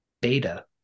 beta